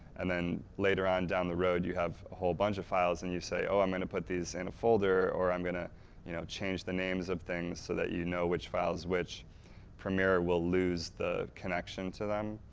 and then later on down the road you have a whole bunch of files and you say oh! i'm going to put these in a folder or i'm going to you know change the names of things, so you know which files which premier will lose the connection to them,